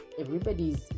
everybody's